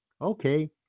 okay